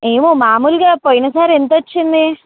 ఏమో మామూలుగా పోయినసారి ఎంత వచ్చింది